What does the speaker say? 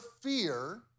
fear